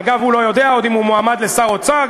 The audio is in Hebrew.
אגב, הוא לא יודע אם הוא מועמד לשר אוצר.